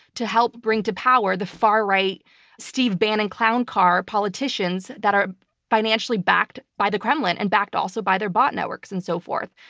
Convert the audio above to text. to help bring to power the far-right steve bannon clown car politicians that are financially backed by the kremlin and backed also by their bot networks and so forth.